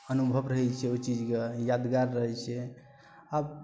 अनुभव रहै छै ओहि चीजके यादगार रहै छै आब